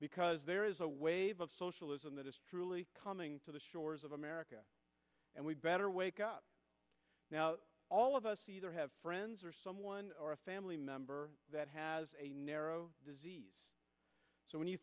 because there is a wave of socialism that is truly coming to the shores of america and we better wake up now all of us either have friends or someone or a family member that has a narrow so when you